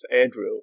Andrew